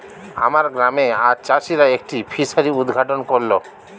আমার গ্রামে আজ চাষিরা একটি ফিসারি উদ্ঘাটন করল